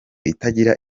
itagira